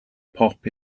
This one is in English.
pop